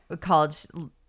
called